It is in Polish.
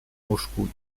łóżku